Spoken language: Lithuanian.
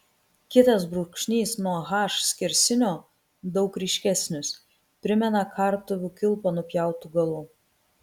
kitas brūkšnys nuo h skersinio daug ryškesnis primena kartuvių kilpą nupjautu galu